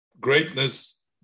greatness